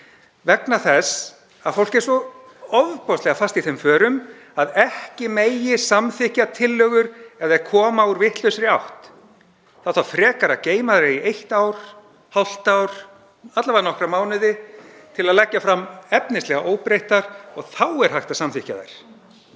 vegna þess að fólk er svo ofboðslega fast í þeim förum að ekki megi samþykkja tillögur ef þær koma úr vitlausri átt. Það á frekar að geyma þær í eitt ár, hálft ár, alla vega nokkra mánuði, til að leggja þær fram efnislega óbreyttar og þá er hægt að samþykkja þær.